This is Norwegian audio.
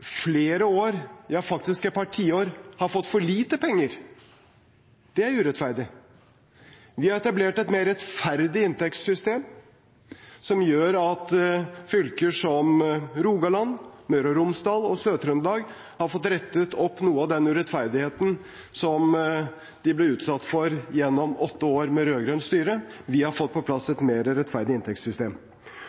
flere år – ja, faktisk et par tiår – har fått for lite penger. Det er urettferdig. Vi har etablert et mer rettferdig inntektssystem, som gjør at fylker som Rogaland, Møre og Romsdal og Sør-Trøndelag har fått rettet opp noe av den urettferdigheten som de ble utsatt for gjennom åtte år med rød-grønt styre. Vi har fått på plass et mer rettferdig inntektssystem.